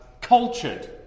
cultured